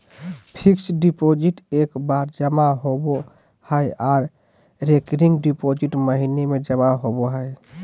fixed deposit एक बार जमा होबो हय आर रेकरिंग डिपॉजिट महीने में जमा होबय हय